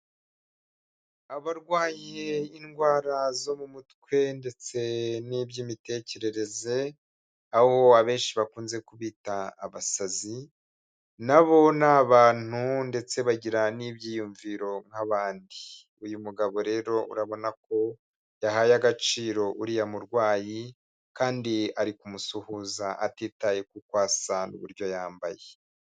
Abarwaye indwara zo mu mutwe ndetse n'iby'imitekerereze aho abenshi bakunze kubita abasazi, na bo ni abantu ndetse bagira n'ibyiyumviro nk'abandi, uyu mugabo rero urabona ko yahaye agaciro uriya murwayi kandi ari kumusuhuza atitaye k'uko asa n'uburyo yambaye.